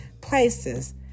places